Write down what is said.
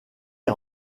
est